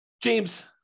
James